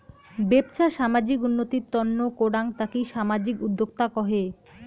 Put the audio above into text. বেপছা সামাজিক উন্নতির তন্ন করাঙ তাকি সামাজিক উদ্যক্তা কহে